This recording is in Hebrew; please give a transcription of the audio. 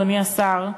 אדוני השר,